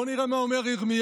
בואו נראה מה אומר ירמיהו,